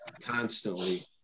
constantly